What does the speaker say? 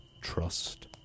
trust